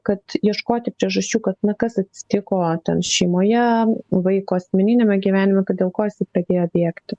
kad ieškoti priežasčių kad na kas atsitiko ten šeimoje vaiko asmeniniame gyvenime kad dėl ko jisai pradėjo bėgti